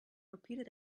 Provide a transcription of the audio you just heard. repeated